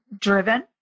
driven